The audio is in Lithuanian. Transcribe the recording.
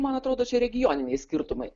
man atrodo čia regioniniai skirtumai